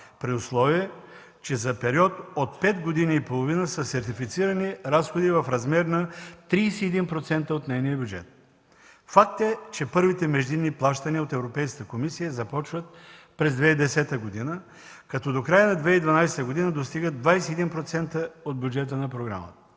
при условие че за период от пет години и половина са сертифицирани разходи в размер на 31% от нейния бюджет. Факт е, че първите междинни плащания от Европейската комисия започват през 2010 г., като до края на 2012 г. достигат 21% от бюджета на програмата.